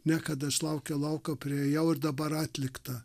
ne kad aš laukiau laukiau priėjau ir dabar atlikta